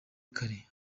kare